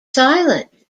silent